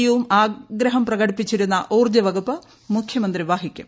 യുവും ആഗ്രഹം പ്രകടിപ്പിച്ചിരുന്ന ഊർജ്ജ വകുപ്പ് മുഖ്യമന്ത്രി വഹിക്കും